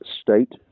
state